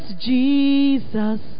Jesus